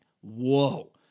whoa